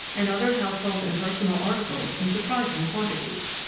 and other household and personal articles in surprising quantities.